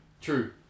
True